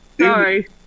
Sorry